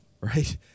Right